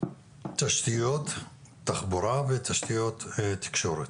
תשתיות תחבורה ותשתיות תקשורת,